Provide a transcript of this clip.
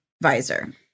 visor